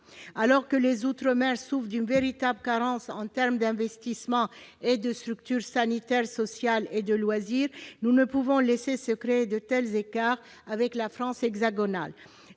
Alors que les outre-mer souffrent d'une véritable carence en termes d'investissements et de structures sanitaires, sociales et de loisirs, nous ne pouvons laisser se créer de tels écarts avec la France hexagonale.